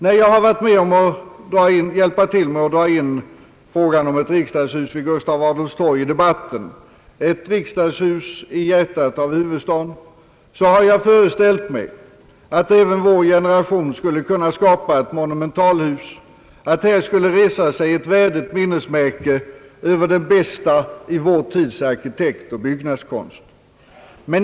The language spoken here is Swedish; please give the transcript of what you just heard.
När jag har varit med om att hjälpa till att dra in frågan om ett riksdagshus vid Gustav Adolfs torg i debatten — ett riksdagshus i hjärtat av huvudstaden — har jag föreställt mig att även vår generation skulle kunna skapa ett monumentalhus, att här skulle resa sig ett värdigt minnesmärke över det bästa i vår tids arkitektoch byggnadskonst.